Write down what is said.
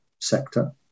sector